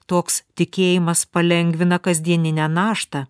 toks tikėjimas palengvina kasdieninę naštą